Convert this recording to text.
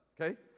Okay